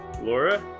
Laura